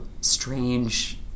strange